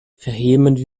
vehement